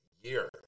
year